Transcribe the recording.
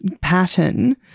pattern